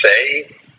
say